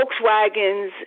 Volkswagens